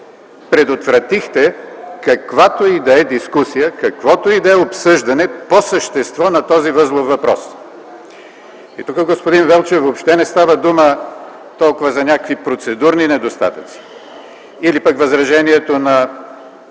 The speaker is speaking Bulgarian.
предотвратихте каквато и да е дискусия, каквото и да е обсъждане по същество на този възлов въпрос. Тук, господин Велчев, въобще не става дума толкова за някакви процедурни недостатъци или пък възражението на